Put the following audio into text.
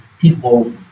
people